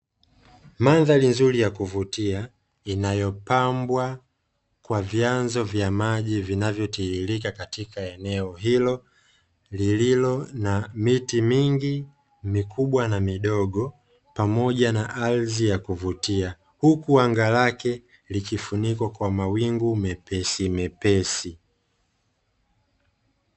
Madhali nzuri ya kuvutia inayopambwa kwa vyanzo vya maji vinavyotiririka katika eneo hilo, lililo na miti mingi mikubwa na midogo pamoja na ardhi ya kuvutia, huku anga lake likifunikwa kwa mawingu mepesimepesi.